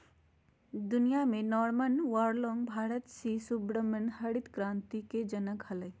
दुनिया में Norman Borlaug Bharat के सी सुब्रमण्यम हरित क्रांति के जनक हलई